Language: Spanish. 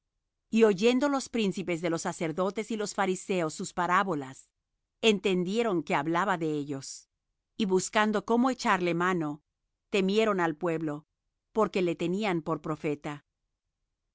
y oyendo los príncipes de los sacerdotes y los fariseos sus parábolas entendieron que hablaba de ellos y buscando cómo echarle mano temieron al pueblo porque le tenían por profeta